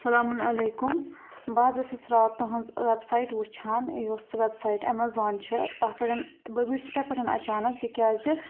اسَلامُ علیکُم بہٕ حٕظ ٲسٕس راتھ تُہٕنٛز ویب سایٹ وُچھان یۄس سُہ ویب سایٹ ایٚمازان چھِ تَتھ پٮ۪ٹھٮ۪ن بہٕ وٕچھ یِتھٕے پٲٹھٮ۪ن اچانَک تِکیٛازِ